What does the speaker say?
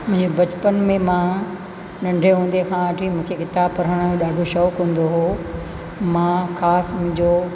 जीअं बचपन में मां नंढे हूंदे सां वठी किताब पढ़ण जो ॾाढो शौक़ हूंदो हो मां काफ जो